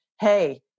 hey